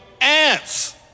ants